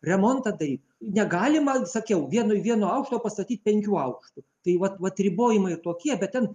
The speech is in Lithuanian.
remontą daryt negalima sakiau vieno vieno aukšto pastatyti penkių aukštų tai vat vat ribojimai tokie bet ten